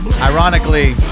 ironically